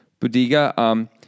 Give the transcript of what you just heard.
Budiga